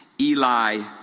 Eli